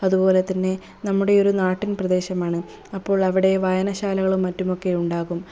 അതുപോലെതന്നെ നമ്മുടെ ഒരു നാട്ടിൻ പ്രദേശമാണ് അപ്പോൾ അവിടെ വായനശാലകളും മറ്റുമൊക്കെ ഉണ്ടാകും